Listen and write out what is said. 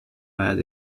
med